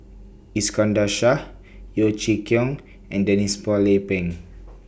Iskandar Shah Yeo Chee Kiong and Denise Phua Lay Peng